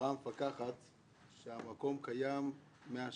אמרה המפקחת שהמקום קיים 100 שנים.